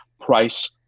Price